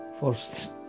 first